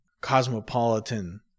cosmopolitan